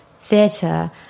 theatre